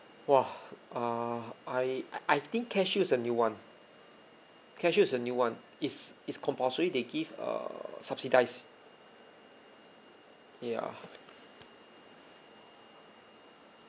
!wah! err I uh I think careshield is a new one careshield is a new one is it's compulsory they give err subsidised ya